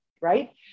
right